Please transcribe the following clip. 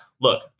look